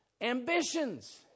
ambitions